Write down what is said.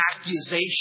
accusation